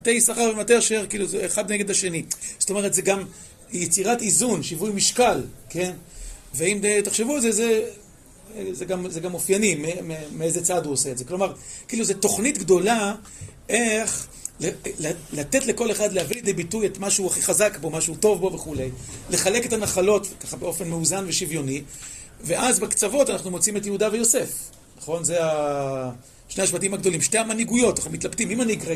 מתי שכר ומתי אשר, כאילו, זה אחד נגד השני. זאת אומרת, זה גם יצירת איזון, שיווי משקל, כן? ואם תחשבו על זה, זה גם אופייני, מאיזה צעד הוא עושה את זה. כלומר, כאילו, זו תוכנית גדולה איך לתת לכל אחד, להביא לידי ביטוי את מה שהוא הכי חזק בו, מה שהוא טוב בו וכולה, לחלק את הנחלות, ככה באופן מאוזן ושוויוני, ואז בקצוות אנחנו מוצאים את יהודה ויוסף, נכון? זה שני השבטים הגדולים, שתי המנהיגויות, אנחנו מתלבטים, מי מנהיג רגע?